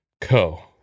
Co